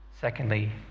Secondly